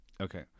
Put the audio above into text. Okay